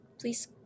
please